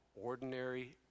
ordinary